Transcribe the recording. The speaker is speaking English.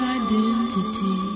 identity